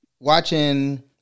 Watching